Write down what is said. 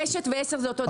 רשת ו-10 זה אותו דבר?